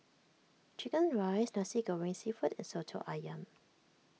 Chicken Rice Nasi Goreng Seafood and Soto Ayam